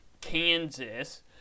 Kansas